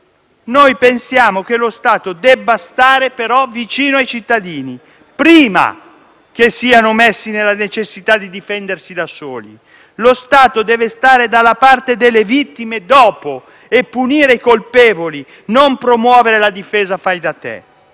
ma pensiamo che lo Stato debba stare vicino ai cittadini prima che siano messi nella necessità di difendersi da soli. Lo Stato deve stare dalla parte delle vittime dopo e punire i colpevoli, non promuovere la difesa fai da te.